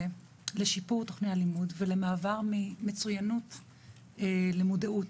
לשיפור תכני הלימוד ולמעבר ממצוינות למודעות,